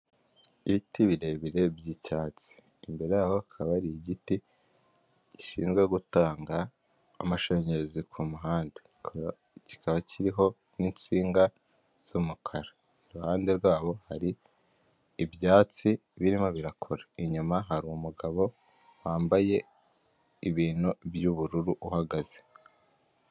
Ibiti birebire by'icyatsi, imbere aho akaba ari igiti gishinzwe gutanga amashanyarazi ku muhanda kikaba kiriho n'insinga z'umukara, iruhande rwabo hari ibyatsi birimo birakora, inyuma hari umugabo wambaye ibintu by'ubururu uhagaze.